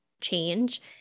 change